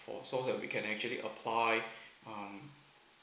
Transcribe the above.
for so that we can actually apply um